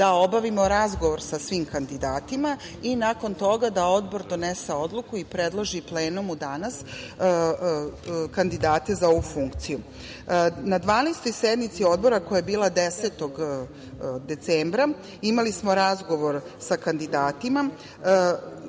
da obavimo razgovor sa svim kandidatima i nakon toga da Odbor donese odluku i predloži plenumu danas kandidate za ovu funkciju. Na 12. sednici Odbora koja je bila 10. decembra imali smo razgovor sa kandidatima.